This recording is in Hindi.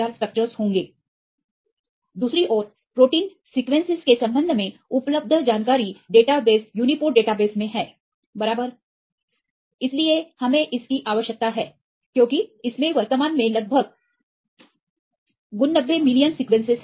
On the other hand the available information regarding protein sequences in used data base uniprot database right दूसरी ओर प्रोटीन सीक्वेंसेस के संबंध में उपलब्ध जानकारी डेटा बेस यूनीप्रोट डेटाबेस में बराबर इसलिए हमें इसकी आवश्यकता है क्योंकि इसमें वर्तमान में लगभग 89 मिलियन सीक्वेंसेस सही है